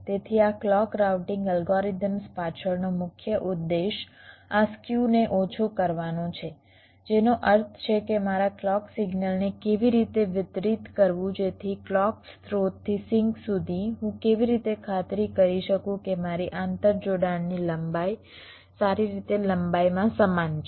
તેથી આ clock routing algorithms પાછળનો મુખ્ય ઉદ્દેશ આ સ્ક્યુને ઓછો કરવાનો છે જેનો અર્થ છે કે મારા ક્લૉક સિગ્નલને કેવી રીતે વિતરિત કરવું જેથી ક્લૉક સ્રોતથી સિંક સુધી હું કેવી રીતે ખાતરી કરી શકું કે મારી આંતર જોડાણની લંબાઈ સારી રીતે લંબાઈમાં સમાન છે